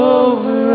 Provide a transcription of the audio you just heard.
over